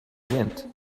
wind